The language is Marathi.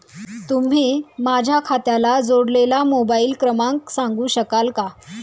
तुम्ही माझ्या खात्याला जोडलेला मोबाइल क्रमांक सांगू शकाल का?